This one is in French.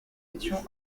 étions